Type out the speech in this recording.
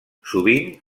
sovint